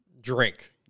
Drink